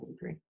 agree